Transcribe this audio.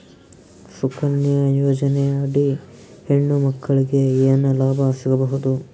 ಸುಕನ್ಯಾ ಯೋಜನೆ ಅಡಿ ಹೆಣ್ಣು ಮಕ್ಕಳಿಗೆ ಏನ ಲಾಭ ಸಿಗಬಹುದು?